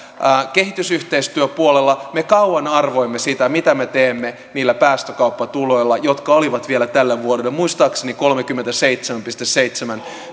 kehitysyhteistyöpuolella me kauan arvoimme sitä mitä me teemme niillä päästökauppatuloilla jotka olivat vielä tälle vuodelle muistaakseni kolmekymmentäseitsemän pilkku seitsemän